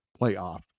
playoff